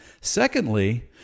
Secondly